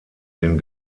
den